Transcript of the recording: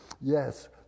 Yes